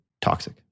toxic